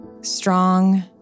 strong